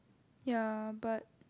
ya but